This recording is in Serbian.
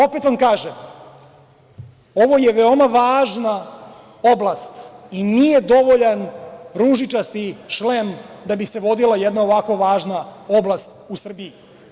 Opet vam kažem – ovo je veoma važna oblast i nije dovoljan ružičasti šlem da bi se vodila jedna ovako važna oblast u Srbiji.